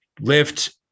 lift